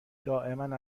دائما